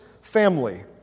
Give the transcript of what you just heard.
family